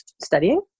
studying